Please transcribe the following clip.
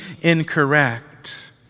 incorrect